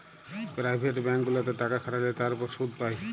private bank গুলাতে টাকা খাটাল্যে তার উপর শুধ পাই